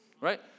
right